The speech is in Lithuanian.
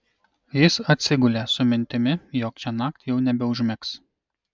jis atsigulė su mintimi jog šiąnakt jau nebeužmigs